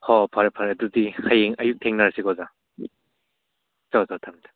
ꯑꯣ ꯐꯔꯦ ꯐꯔꯦ ꯑꯗꯨꯗꯤ ꯍꯌꯦꯡ ꯑꯌꯨꯛ ꯊꯦꯡꯅꯔꯁꯤꯀꯣ ꯑꯣꯖꯥ ꯆꯣꯆꯣ ꯊꯝꯃꯦ ꯊꯝꯃꯦ